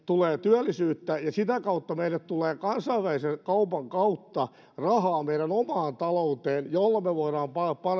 tulee työllisyyttä ja sitä kautta meille tulee kansainvälisen kaupan kautta rahaa meidän omaan talouteen jolla me voimme